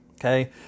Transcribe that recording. Okay